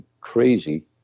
crazy